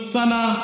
Sana